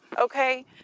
Okay